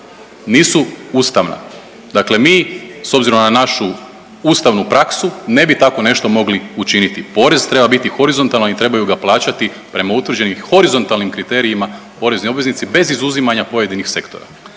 nisu ustavna. Dakle mi s obzirom na našu ustavnu praksu ne bi tako nešto mogli učiniti. Porez treba biti horizontalan i trebaju ga plaćati prema utvrđenim horizontalnim kriterijima porezni obveznici bez izuzimanja pojedinih sektora.